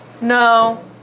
No